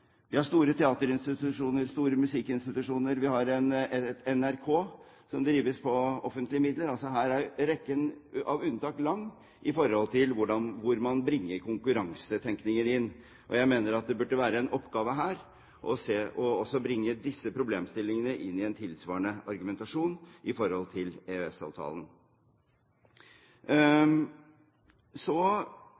Vi har store teaterinstitusjoner, store musikkinstitusjoner, og vi har NRK som drives med offentlige midler – her er rekken av unntak lang når det gjelder hvor man bringer konkurransetenkningen inn. Jeg mener at det her burde være en oppgave også å bringe disse problemstillingene inn i en tilsvarende argumentasjon i forhold til